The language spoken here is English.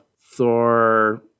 Thor